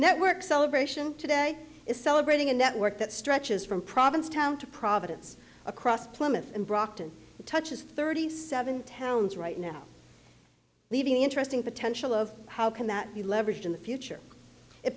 network celebration today is celebrating a network that stretches from provincetown to providence across plymouth and brockton touches thirty seven towns right now leaving the interesting potential of how can that be leveraged in the future it